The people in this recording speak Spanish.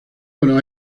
buenos